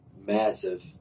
massive